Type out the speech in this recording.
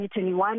2021